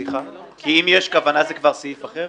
--- אם יש כוונה אז זה כבר סעיף אחר?